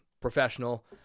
professional